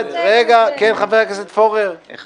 חבר הכנסת פורר, בבקשה.